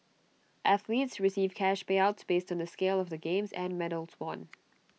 athletes receive cash payouts based on the scale of the games and medals won